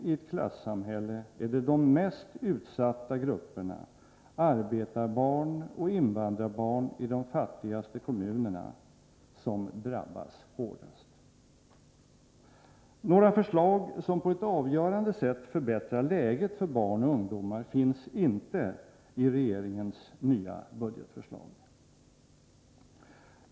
I ett klassamhälle är det de mest utsatta grupperna —- arbetarbarn och invandrarbarn i de fattigaste kommunerna — som drabbas hårdast. Några förslag som på ett avgörande sätt förbättrar läget för barn och ungdomar finns inte i regeringens budgetproposition.